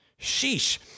Sheesh